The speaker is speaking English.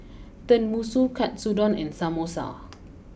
Tenmusu Katsudon and Samosa